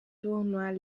tournois